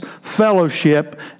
fellowship